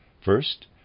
first